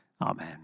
Amen